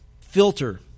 filter